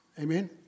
Amen